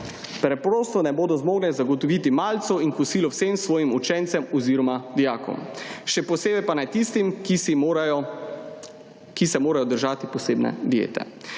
preprosto ne bodo mogle zagotoviti malico in kosilo vsem svojim učencem oziroma dijakom. Še posebej pa ne tistim, ki se morajo držati posebne diete.